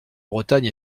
bretagne